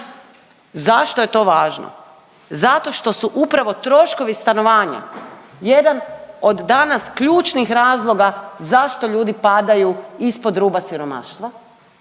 Zašto je to važno? Zato što su upravo troškovi stanovanja jedan od danas ključnih razloga zašto ljudi padaju ispod ruba siromaštva